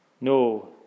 No